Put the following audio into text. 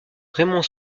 raymond